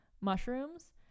mushrooms